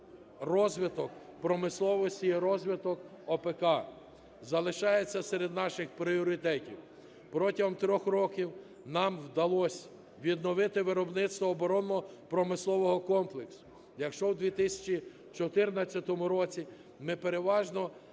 розвиток промисловості і розвиток ОПК залишається серед наших пріоритетів. Протягом 3 років нам вдалося відновити виробництво оборонно-промислового комплексу. Якщо у 2014 році ми переважно